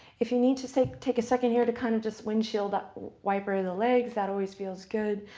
if you need to take take a second here to kind of just windshield ah wiper the legs, that always feels good.